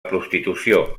prostitució